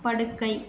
படுக்கை